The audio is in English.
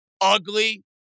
ugly